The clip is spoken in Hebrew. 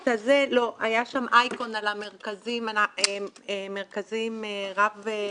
היה שם אייקון על המרכזים, על מרכזים רב תכליתיים,